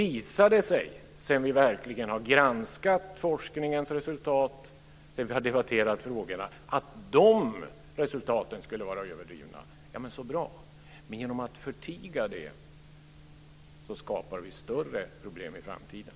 Visar det sig, när vi verkligen har granskat forskningens resultat och debatterat frågorna, att resultaten skulle vara överdrivna - så bra! Men genom att förtiga det här skapar vi större problem i framtiden.